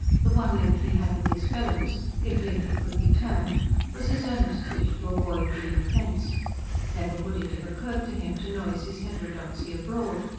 the one link he had with his fellows if link it could be termed was his earnest wish to avoid giving offence never would it have occurred to him to noise his heterodoxy abroad.